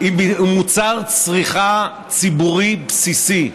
היא מוצר צריכה ציבורי בסיסי.